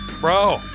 bro